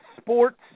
sports